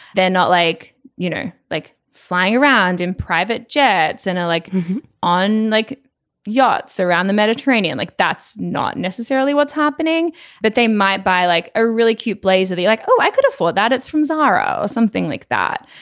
they're not like you know like flying around in private jets and i'm like on like yachts around the mediterranean like that's not necessarily what's happening but they might buy like a really cute blazer they like oh i could afford that it's from zara or something like that.